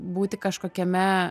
būti kažkokiame